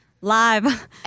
live